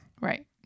Right